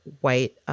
white